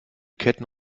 ketten